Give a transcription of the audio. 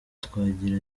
twagira